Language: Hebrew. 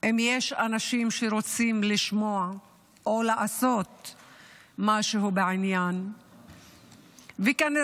אם יש אנשים שרוצים לשמוע או לעשות משהו בעניין וכנראה